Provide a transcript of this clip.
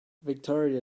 victoria